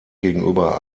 gegenüber